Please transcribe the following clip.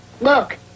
Look